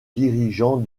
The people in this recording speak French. dirigeants